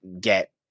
get